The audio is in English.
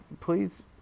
please